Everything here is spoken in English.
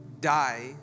die